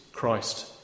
Christ